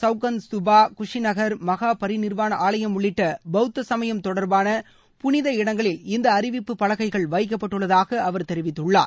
சவ்கந்தி ஸ்துபா குஷிநகர் மகா பரிநிர்வான ஆலயம் உள்ளிட்ட பவுத்த சமயம் தொடர்பான புளித இடங்களில் இந்த அறிவிப்பு பலகைகள் வைக்கப்பட்டுள்ளதாக அவர் தெரிவித்துள்ளார்